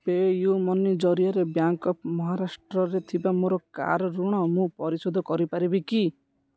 PayU money ଜରିଆରେ bank of ମହାରାଷ୍ଟ୍ରରେ ଥିବା ମୋ କାର୍ ଋଣ ମୁଁ ପରିଶୋଧ କରିପାରିବି କି